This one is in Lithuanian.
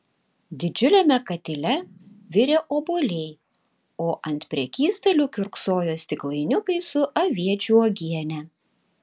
didžiuliame katile virė obuoliai o ant prekystalių kiurksojo stiklainiukai su aviečių uogiene